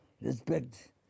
Respect